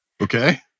Okay